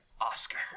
Oscar